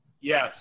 yes